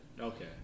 Okay